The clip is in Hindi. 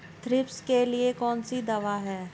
थ्रिप्स के लिए कौन सी दवा है?